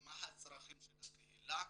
מה הצרכים של הקהילה.